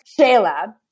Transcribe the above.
Shayla